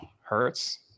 Hurts